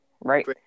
Right